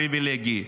פריבילגי,